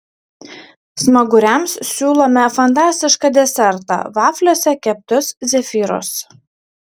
smaguriams siūlome fantastišką desertą vafliuose keptus zefyrus